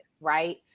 right